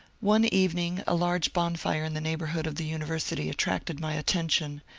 one evening a large bonfire in the neighbourhood of the university attracted my attention,